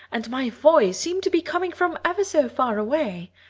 and my voice seemed to be coming from ever so far away.